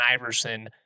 Iverson